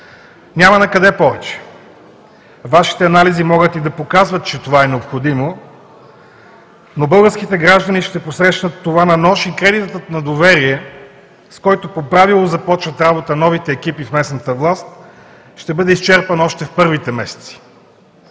Няма накъде повече! Вашите анализи могат и да показват, че това е необходимо, но българските граждани ще посрещнат това на нож и кредитът на доверие, с който по правило започват работа новите екипи в местната власт, ще бъде изчерпан още в първите месеци.